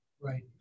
Right